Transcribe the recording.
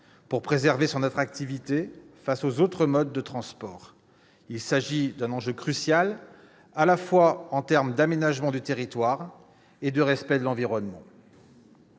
pour préserver son attractivité face aux autres modes de transport. Il s'agit d'un enjeu crucial en termes à la fois d'aménagement du territoire et de respect de l'environnement.